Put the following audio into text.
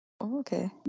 okay